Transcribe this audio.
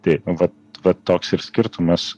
tai nu vat vat toks ir skirtumas